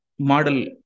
Model